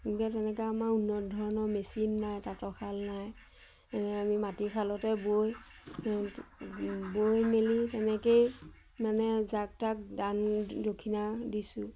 গতিকে তেনেকৈ আমাৰ উন্নত ধৰণৰ মেচিন নাই তাঁতশাল নাই আমি মাটিৰ শালতে বৈ বৈ মেলি তেনেকেই মানে যাক তাক দান দক্ষিণা দিছোঁ